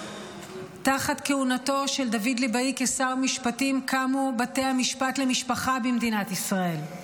תחת כהונתו של דוד ליבאי כשר משפטים קמו בתי המשפט למשפחה במדינת ישראל,